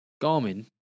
Garmin